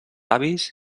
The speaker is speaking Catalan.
avis